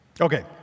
Okay